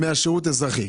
מהשירות האזרחי.